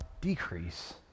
decrease